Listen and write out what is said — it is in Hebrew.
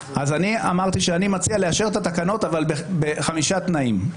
אז אני אמרתי שאני מציע לאשר את התקנות אבל בחמישה תנאים.